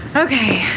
okay.